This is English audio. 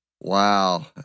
Wow